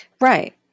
Right